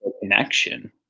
connection